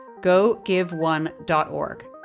gogiveone.org